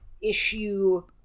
issue